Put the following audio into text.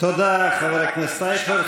תודה לחבר הכנסת אייכלר.